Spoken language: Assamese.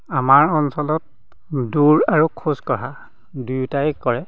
আমাৰ অঞ্চলত দৌৰ আৰু খোজকঢ়া দুয়োটাই কৰে